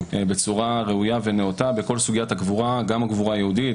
בצורה ראויה ונאותה בכל סוגיית הקבורה: גם הקבורה היהודית,